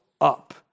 up